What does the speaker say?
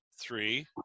three